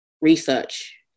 research